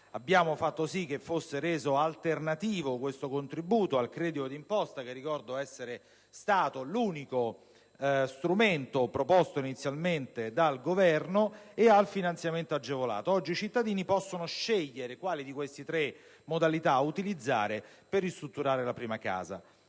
Abbiamo fatto sì che fosse reso alternativo questo contributo al credito d'imposta, che ricordo essere stato l'unico strumento inizialmente proposto dal Governo, e al finanziamento agevolato. Oggi i cittadini possono scegliere quali di queste tre modalità utilizzare per ristrutturare la prima casa.